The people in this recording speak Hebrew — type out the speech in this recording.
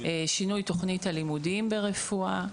שינוי תכנית הלימודים ברפואה,